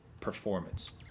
performance